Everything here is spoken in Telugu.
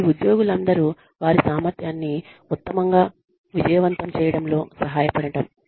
ఇది ఉద్యోగులందరూ వారి సామర్థ్యాన్ని ఉత్తమంగా విజయవంతం చేయడంలో సహాయపడటం